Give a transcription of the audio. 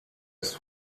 ist